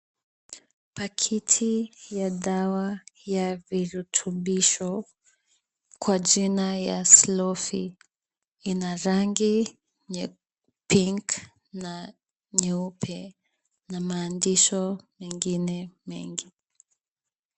Paketi ya dawa ya virutubisho kwa jina ya Slow Fe ina rangi ya pink na nyeupe na maandishi mengine mengi.